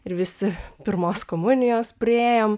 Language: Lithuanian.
ir visi pirmos komunijos priėjom